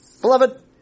Beloved